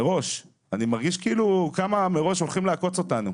אני מרגיש כאילו כמה מראש הולכים לעקוץ אותנו.